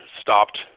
stopped